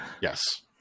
Yes